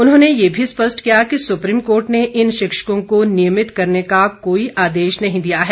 उन्होंने यह भी स्पष्ट किया कि सुप्रीम कोर्ट ने इन शिक्षकों को नियमित करने का कोई आदेश नहीं दिया है